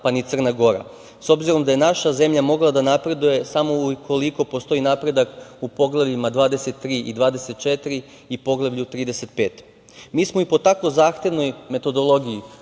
pa ni Crna Gora, s obzirom da je naša zemlja mogla da napreduje samo ukoliko postoji napredak u poglavljima 23 i 24 i 35. Mi smo i po tako zahtevnoj metodologiji